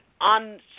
on